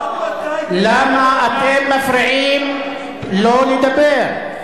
עד מתי תהיה, למה אתם מפריעים לו לדבר?